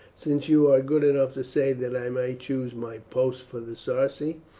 since you are good enough to say that i may choose my post for the sarci,